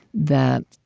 that,